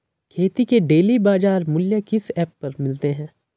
खेती के डेली बाज़ार मूल्य किस ऐप पर मिलते हैं?